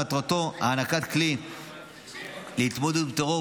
מטרתו הענקת כלי להתמודד עם טרור,